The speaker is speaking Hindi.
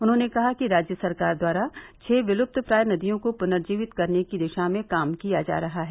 उन्होंने कहा कि राज्य सरकार द्वारा छः विल्प्तप्राय नदियों को पुनर्जीवित करने की दिशा में काम किया जा रहा है